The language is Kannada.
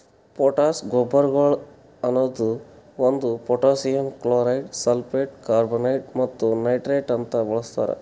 ಪೊಟ್ಯಾಶ್ ಗೊಬ್ಬರಗೊಳ್ ಅನದು ಒಂದು ಪೊಟ್ಯಾಸಿಯಮ್ ಕ್ಲೋರೈಡ್, ಸಲ್ಫೇಟ್, ಕಾರ್ಬೋನೇಟ್ ಮತ್ತ ನೈಟ್ರೇಟ್ ಅಂತ ಬಳಸ್ತಾರ್